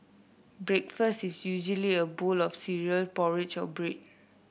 breakfast is usually a bowl of cereal porridge or bread